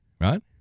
right